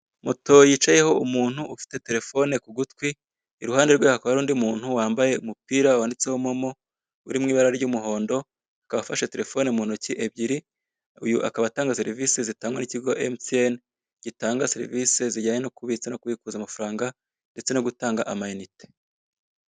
Moto yicayeho umuntu ufite telefone ku gutwi, iruhande rwe hakaba hari undi muntu wambaye umupira wanditseho momo uri mu ibara ry'umuhondo, akaba afashe telefone muntoki ebyiri, uyu akaba atanga serivise zitangwa n'ikigo emutiyeni gitanga serivise zijyanye no kubitsa no kubikuza amafaranga, ndetse no gutanga amayinite.